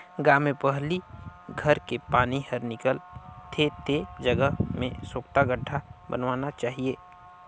गांव में पहली घर के पानी हर निकल थे ते जगह में सोख्ता गड्ढ़ा बनवाना चाहिए